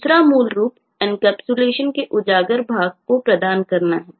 दूसरा मूल रूप एनकैप्सुलेशन के उजागर भाग को प्रदान करना है